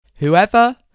Whoever